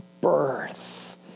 birth